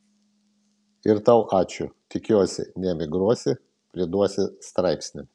ir tau ačiū tikiuosi neemigruosi priduosi straipsnį